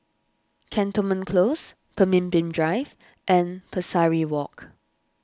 Cantonment Close Pemimpin Drive and Pesari Walk